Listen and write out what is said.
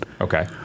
Okay